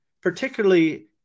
particularly